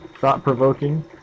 thought-provoking